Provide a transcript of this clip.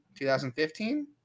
2015